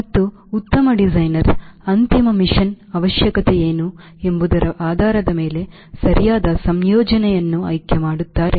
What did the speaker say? ಮತ್ತು ಉತ್ತಮ ಡಿಸೈನರ್ ಅಂತಿಮ ಮಿಷನ್ ಅವಶ್ಯಕತೆಯೇನು ಎಂಬುದರ ಆಧಾರದ ಮೇಲೆ ಸರಿಯಾದ ಸಂಯೋಜನೆಯನ್ನು ಆಯ್ಕೆ ಮಾಡುತ್ತಾರೆ